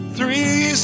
Three